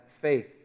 faith